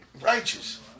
Righteous